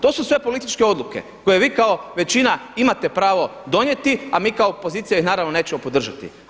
To su sve političke odluke koje vi kao većina imate pravo donijeti, a mi kao opozicija ih naravno nećemo podržati.